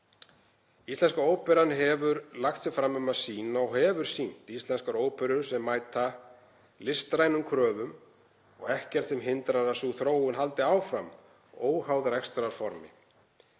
Íslenska óperan hefur lagt sig fram um að sýna og hefur sýnt íslenskar óperur sem mæta listrænum kröfum og ekkert sem hindrar að sú þróun haldi áfram óháð rekstrarformi.